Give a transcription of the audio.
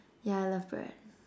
yeah I love bread